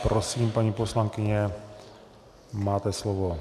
Prosím, paní poslankyně, máte slovo.